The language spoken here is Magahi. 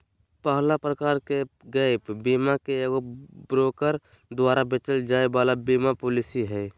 पहला प्रकार के गैप बीमा मे एगो ब्रोकर द्वारा बेचल जाय वाला बीमा पालिसी हय